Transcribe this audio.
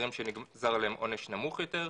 ואסירים שנגזר עליהם עונש נמוך יותר.